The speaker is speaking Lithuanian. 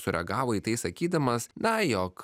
sureagavo į tai sakydamas na jog